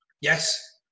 Yes